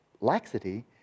laxity